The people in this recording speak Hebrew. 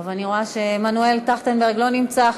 אני רואה שחבר הכנסת טרכטנברג לא נמצא.